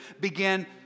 began